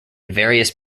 various